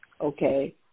okay